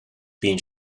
bíonn